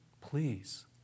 Please